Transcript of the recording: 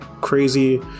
crazy